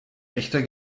echter